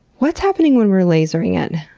what's happening when we're lasering it?